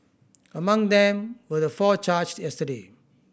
among them were the four charged yesterday